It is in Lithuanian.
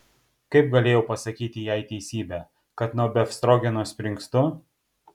kaip galėjau pasakyti jai teisybę kad nuo befstrogeno springstu